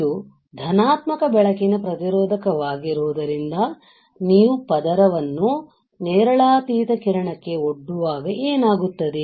ಇದು ಧನಾತ್ಮಕ ಬೆಳಕಿನ ಪ್ರತಿರೋಧಕವಾಗಿರುವುದರಿಂದ ನೀವು ಪದರವನ್ನು ನೇರಳಾತೀತ ಕಿರಣಕ್ಕೆ ಒಡ್ಡುವಾಗ ಏನಾಗುತ್ತದೆ